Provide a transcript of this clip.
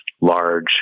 large